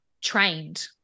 trained